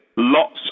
Lots